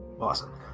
Awesome